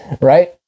right